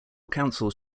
councils